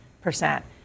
percent